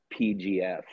PGF